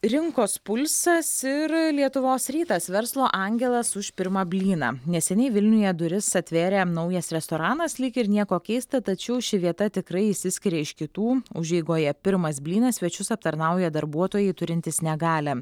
rinkos pulsas ir lietuvos rytas verslo angelas už pirmą blyną neseniai vilniuje duris atvėrė naujas restoranas lyg ir nieko keista tačiau ši vieta tikrai išsiskiria iš kitų užeigoje pirmas blynas svečius aptarnauja darbuotojai turintys negalią